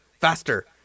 faster